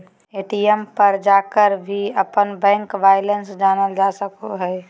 ATM पर जाकर भी अपन बैंक बैलेंस जानल जा सको हइ